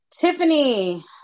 Tiffany